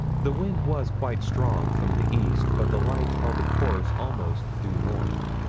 the wind was quite strong from the east, but the light held a course almost due north.